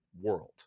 world